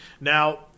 Now